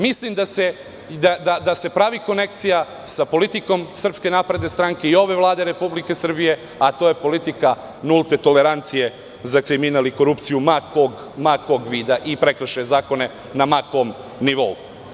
Mislim da se pravi konekcija sa politikom SNS i ove Vlade Republike Srbije, a to je politika nulte tolerancije za kriminal i korupciju, ma kog vida i prekršaja zakona, na ma kom nivou.